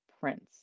Prince